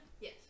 Yes